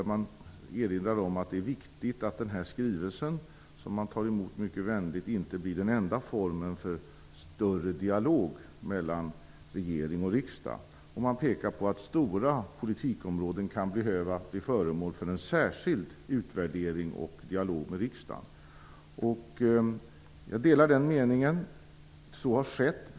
Man erinrar om att det är viktigt att den här skrivelsen, som man tar emot mycket vänligt, inte blir den enda formen för en mer omfattande dialog mellan regering och riksdag, och man pekar på att stora politikområden kan behöva bli föremål för en särskild utvärdering och dialog med riksdagen. Jag delar den uppfattningen. Så har också skett.